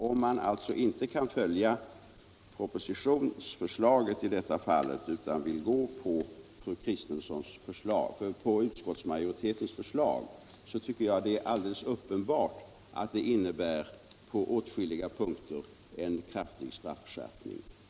Om man inte kan följa propositionsförslaget i detta avseende utan vill gå på utskottsmajoritetens förslag, finner jag det alldeles uppenbart att det på åtskilliga punkter innebär en kraftig straffskärpning.